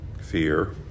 fear